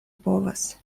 povas